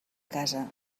casa